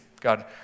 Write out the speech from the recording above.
God